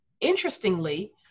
interestingly